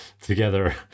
together